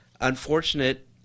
unfortunate